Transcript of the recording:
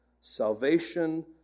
Salvation